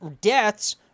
deaths